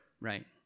right